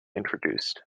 introduced